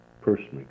personally